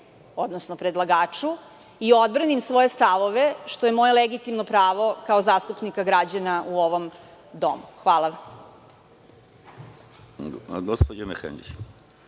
odnosno predlagaču i odbranim svoje stavove što je moje legitimno pravo kao zastupnika građana u ovom domu. Hvala